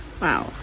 wow